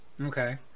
Okay